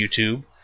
YouTube